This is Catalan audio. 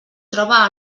troba